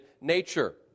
nature